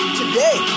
today